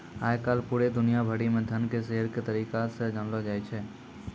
आय काल पूरे दुनिया भरि म धन के शेयर के तरीका से जानलौ जाय छै